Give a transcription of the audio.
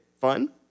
fun